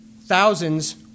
thousands